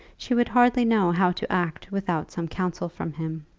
she would hardly know how to act without some counsel from him.